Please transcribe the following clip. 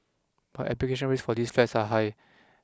but application rates for these flats are high